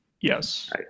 Yes